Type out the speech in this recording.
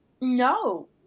No